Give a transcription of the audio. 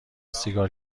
سیگار